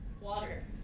Water